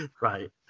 right